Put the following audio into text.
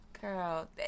Girl